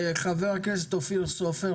חבר הכנסת אופיר סופר,